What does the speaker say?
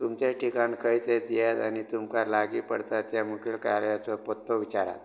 तुमचें ठिकाण खंय तें दियात आनी तुमकां लागीं पडता त्या मुखेल कार्यायाचो पत्तो विचारात